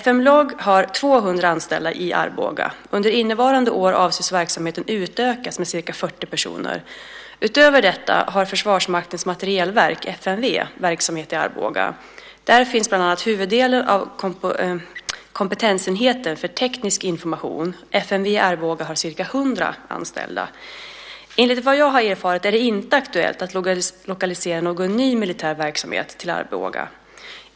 FM Log har 200 anställda i Arboga. Under innevarande år avses verksamheten utökas med ca 40 personer. Utöver detta har Försvarets materielverk, FMV, verksamhet i Arboga. Där finns bland annat huvuddelen av kompetensenheten för teknisk information. FMV i Arboga har ca 100 anställda. Enligt vad jag erfarit är det inte aktuellt att lokalisera någon ny militär verksamhet till Arboga.